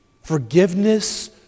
forgiveness